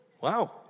Wow